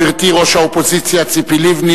גברתי ראש האופוזיציה ציפי לבני,